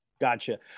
gotcha